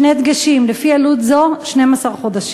שני דגשים: לפי עלות זו, 12 חודשים.